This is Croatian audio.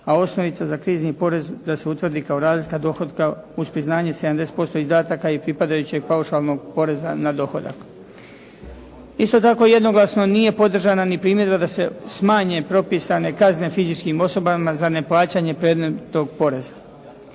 a osnovica za krizni porez da se utvrdi kao razlika dohotka uz priznanje 70% izdataka i pripadajućeg paušalnog poreza na dohodak. Isto tako, jednoglasno nije podržana ni primjedba da se smanje propisane kazne fizičkim osobama za neplaćanje predmetnog poreza.